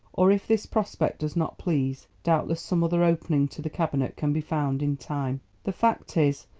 or if this prospect does not please doubtless some other opening to the cabinet can be found in time. the fact is,